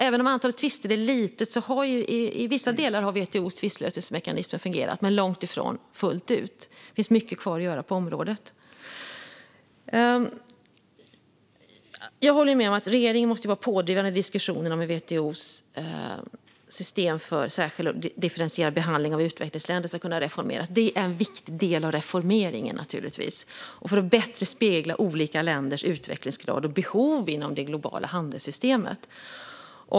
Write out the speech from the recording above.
Även om antalet tvister är litet har WTO:s tvistlösningsmekanismer fungerat i vissa delar - dock långtifrån fullt ut. Det finns mycket kvar att göra på området. Jag håller med om att regeringen måste vara pådrivande i diskussionerna om hur WTO:s system för särskild och differentierad behandling av utvecklingsländer ska kunna reformeras. Det är naturligtvis en viktig del av reformeringen och viktigt för att bättre spegla olika länders utvecklingsgrad och behov inom det globala handelssystemet.